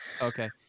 Okay